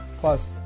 plus